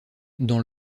dans